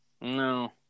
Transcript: No